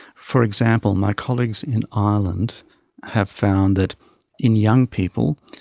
for example, my colleagues in ireland have found that in young people,